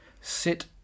sit